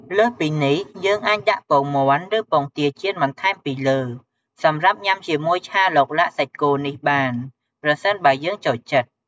លើសពីនេះ យើងអាចដាក់ពងមាន់ឬពងទាចៀនបន្ថែមពីលើសម្រាប់ញ៉ាំជាមួយឆាឡុកឡាក់សាច់គោនេះបាន ប្រសិនបើយើងចូលចិត្ត។